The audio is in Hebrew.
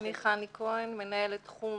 מנהלת תחום